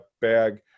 bag